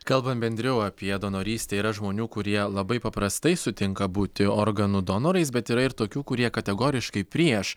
kalbant bendriau apie donorystę yra žmonių kurie labai paprastai sutinka būti organų donorais bet yra ir tokių kurie kategoriškai prieš